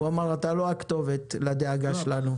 הוא אמר שאתה לא הכתובת לדאגה שלנו,